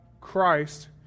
Christ